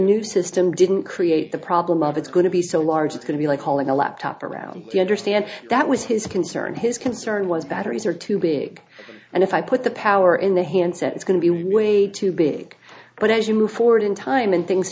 new system didn't create the problem of it's going to be so large it's going to be like hauling a laptop around the understand that was his concern his concern was batteries are too big and if i put the power in the handset it's going to be way too big but as you move forward in time and things